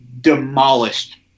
demolished